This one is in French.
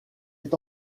est